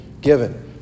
given